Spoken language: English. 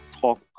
Talk